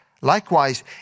Likewise